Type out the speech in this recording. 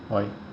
why